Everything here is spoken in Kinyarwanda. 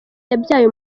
yabyaye